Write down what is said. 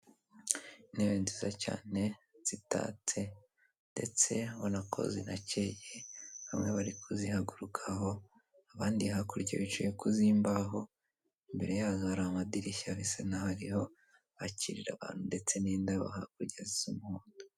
Intebe nziza cyane zitatse ndetse ubona ko zinakeye, bamwe bari kuzihagurukaho abandi hakurya bicaye ku z'imbaho, imbere yazo hari amadirishya bisa n'aho ariho bakirira abantu ndetse n'indabo hakurya z'umuhondo.